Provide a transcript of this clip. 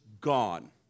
gone